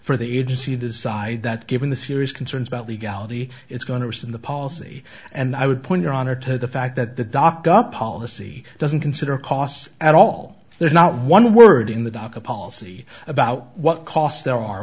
for the agency decide that given the serious concerns about legality it's going to rescind the policy and i would point your honor to the fact that the doc got policy doesn't consider cost at all there's not one word in the doc a policy about what cost there are